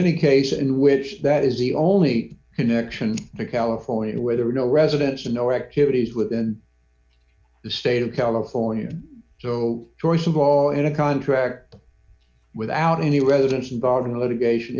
any case in which that is the only connection to california where there are no residence and no activities within the state of california so joyce of all in a contract without any residence involving motivation